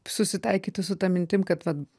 susitaikyti su ta mintim kad vat